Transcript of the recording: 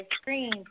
screen